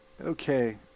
Okay